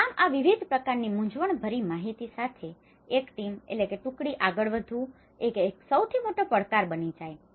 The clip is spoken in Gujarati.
આમ આ વિવિધ પ્રકારની મુંજવણભરી માહિતી સાથે એક ટીમે team ટુકડી આગળ વધવું એ એક સૌથી મોટો પડકાર બની જાય છે